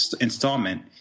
installment